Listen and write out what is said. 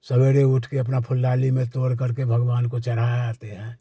सवेरे उठ कर अपने फूल डाली में तोड़ कर के भगवान को चढ़ा आते हैं